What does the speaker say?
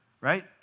right